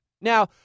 Now